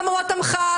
למרות המחאה,